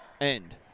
end